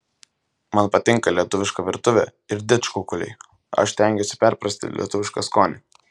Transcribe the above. man patinka lietuviška virtuvė ir didžkukuliai aš stengiuosi perprasti lietuvišką skonį